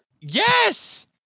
Yes